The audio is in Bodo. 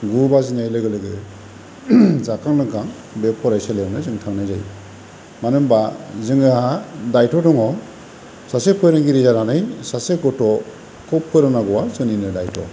गु बाजिनाय लोगो जाखां लोंखां बे फरायसालियावनो थांनाय जायो मानो होनबा जोंहा दायथ' दङ सासे फोरोंगिरि जानानै सासे गथ'खौ फोरोंनांगौआ जोंनिनो दायथ'